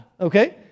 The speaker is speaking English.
okay